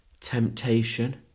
Temptation